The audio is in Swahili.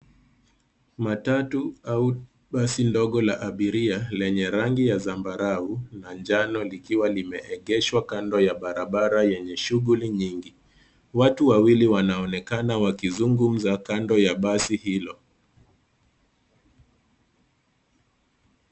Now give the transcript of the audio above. Matatu au basi ndogo la abiria lenye rangi ya zambarau na njano likiwa limeegeshwa kando ya barabara yenye shughuli nyingi. Watu wawili wanaonekana wakizungumza kando ya basi hilo.